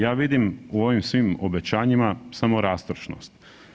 Ja vidim u ovim svim obećanjima samo rastrošnost.